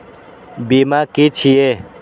बीमा की छी ये?